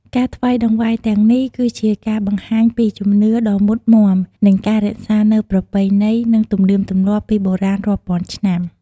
ការថ្វាយតង្វាយទាំងនេះ គឺជាការបង្ហាញពីជំនឿដ៏មុតមាំ និងការរក្សានូវ ប្រពៃណី និងទំនៀមទម្លាប់ពីបុរាណរាប់ពាន់ឆ្នាំ។